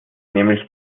nämlich